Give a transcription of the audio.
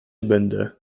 będę